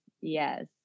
yes